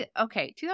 Okay